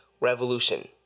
revolution